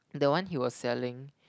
the one he was selling